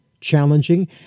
challenging